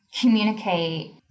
communicate